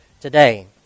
today